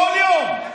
כל יום.